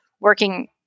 working